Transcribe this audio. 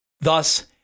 Thus